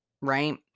right